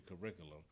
curriculum